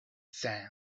sand